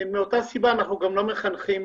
מאותה סיבה אנחנו גם לא מחנכים